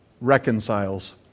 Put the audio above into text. reconciles